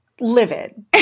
livid